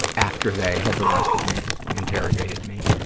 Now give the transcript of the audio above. after they have arrested me, interrogated me,